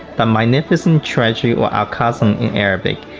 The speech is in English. the magnificent treasury or al-khazneh in arabic.